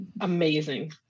Amazing